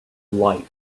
life